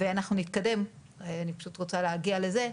ואנחנו נתקדם להגיע לזה.